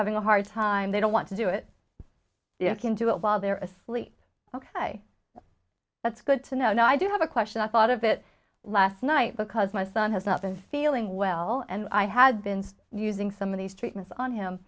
having a hard time they don't want to do it the akin to a while they're asleep ok that's good to know now i do have a question i thought of it last night because my son has not been feeling well and i had been using some of these treatments on him